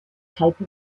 type